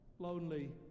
lonely